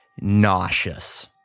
nauseous